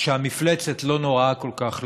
לא נוראה כל כך,